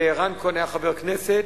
ורן כהן היה חבר כנסת.